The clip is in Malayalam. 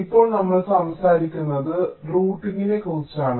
ഇപ്പോൾ നമ്മൾ സംസാരിക്കുന്നത് റൂട്ടിംഗിനെക്കുറിച്ചാണ്